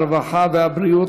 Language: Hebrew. הרווחה והבריאות,